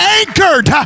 anchored